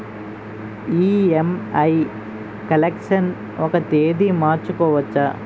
EMI collection ఒక తేదీ మార్చుకోవచ్చా?